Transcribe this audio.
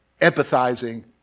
empathizing